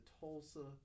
Tulsa